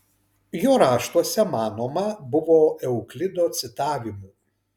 jo raštuose manoma buvo euklido citavimų